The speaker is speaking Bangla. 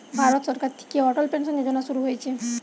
ভারত সরকার থিকে অটল পেনসন যোজনা শুরু হইছে